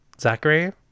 Zachary